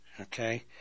Okay